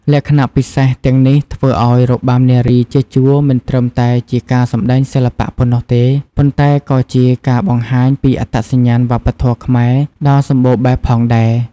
លក្ខណៈពិសេសទាំងនេះធ្វើឱ្យរបាំនារីជាជួរមិនត្រឹមតែជាការសម្តែងសិល្បៈប៉ុណ្ណោះទេ ប៉ុន្តែក៏ជាការបង្ហាញពីអត្តសញ្ញាណវប្បធម៌ខ្មែរដ៏សម្បូរបែបផងដែរ។